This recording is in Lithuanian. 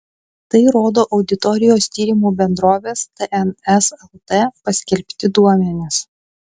tai rodo auditorijos tyrimų bendrovės tns lt paskelbti duomenys